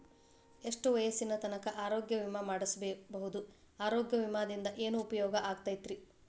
ಎಷ್ಟ ವಯಸ್ಸಿನ ತನಕ ಆರೋಗ್ಯ ವಿಮಾ ಮಾಡಸಬಹುದು ಆರೋಗ್ಯ ವಿಮಾದಿಂದ ಏನು ಉಪಯೋಗ ಆಗತೈತ್ರಿ?